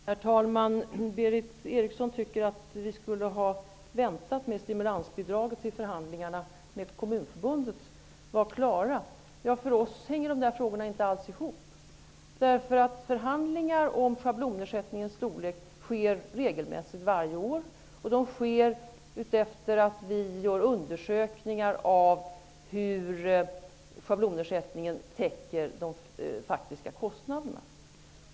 Herr talman! Berith Eriksson tycker att vi skulle ha väntat med stimulansbidraget tills förhandlingarna med Kommunförbundet var klara. För oss hänger dess frågor inte alls ihop. Förhandlingar om schablonersättningens storlek sker regelmässigt varje år. De sker vartefter vi gör undersökningar av hur schablonersättningen täcker de faktiska kostnaderna.